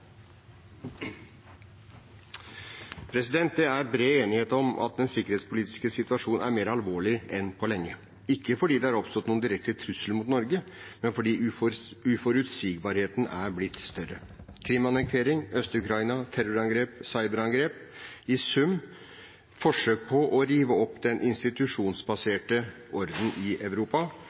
Det er bred enighet om at den sikkerhetspolitiske situasjonen er mer alvorlig enn på lenge, ikke fordi det er oppstått noen direkte trusler mot Norge, men fordi uforutsigbarheten er blitt større: Krim-annektering, Øst-Ukraina, terrorangrep, cyberangrep – i sum forsøk på å rive opp den institusjonsbaserte orden i Europa,